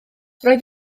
roedd